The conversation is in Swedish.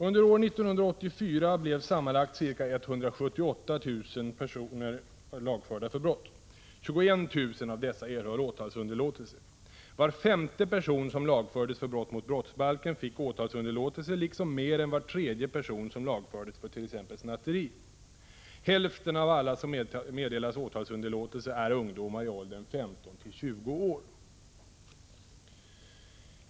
Under år 1984 blev sammanlagt ca 178 000 personer lagförda för brott. 21 000 av dessa erhöll åtalsunderlåtelse. Var femte person som lagfördes för brott mot brottsbalken fick åtalsunderlåtelse liksom mer än var tredje person som lagfördes för t.ex. snatteri. Hälften av alla som meddelas åtalsunderlåtelse är ungdomar i åldern 15—20 år.